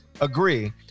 agree